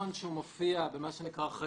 ואולי זה גם ייתן אור ירוק להנגיש בכלל את